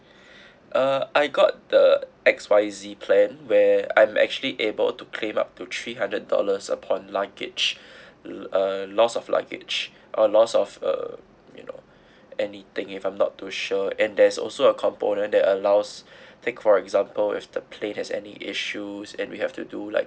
uh I got the X Y Z plan where I'm actually able to claim up to three hundred dollars upon luggage uh loss of luggage uh loss of uh you know anything if I'm not too sure and there's also a component that allows take for example if the plan has any issues and we have to do like